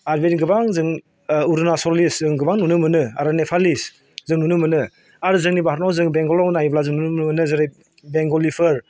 आर बिदिनो गोबां जों अरुनाचलनि जों गोबां नुनो मोनो आरो नेपालिस जों नुनो मोनो आरो जोंनि भारतनाव जों बेंगलाव नायोब्ला नुनो मोनो जेरै बेंगलिफोर